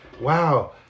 wow